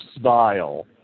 style